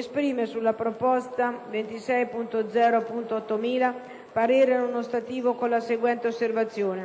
Esprime sulla proposta 26.0.8000 parere non ostativo con la seguente osservazione: